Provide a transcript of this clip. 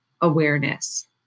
awareness